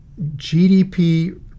GDP